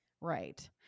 right